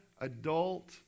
adult